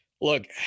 Look